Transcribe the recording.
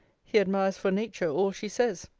he admires for nature all she says.